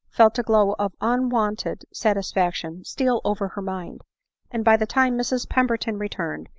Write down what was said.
felt a glow of unwonted satisfaction steal over her mind and by the time mrs pemberton returned,